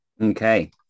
Okay